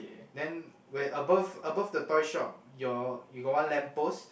then where above above the toy shop you got one lamppost